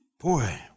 Boy